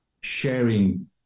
sharing